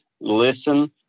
listen